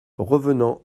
revenant